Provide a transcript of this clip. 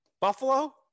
buffalo